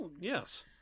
Yes